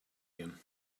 again